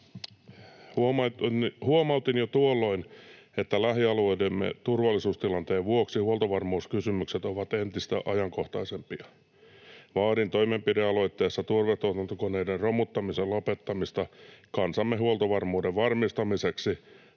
Huomautin jo tuolloin, että lähialueidemme turvallisuustilanteen vuoksi huoltovarmuuskysymykset ovat entistä ajankohtaisempia. Vaadin toimenpidealoitteessa turvetuotantokoneiden romuttamisen lopettamista kansamme huoltovarmuuden varmistamiseksi